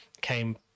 came